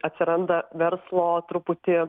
atsiranda verslo truputį